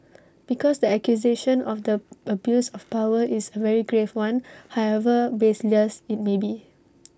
because the accusation of the abuse of power is A very grave one however baseless IT may be